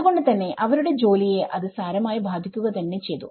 അത്കൊണ്ട് തന്നെ അവരുടെ ജോലി യെ അത് സാരമായി ബാധിക്കുക തന്നെ ചെയ്തു